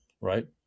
right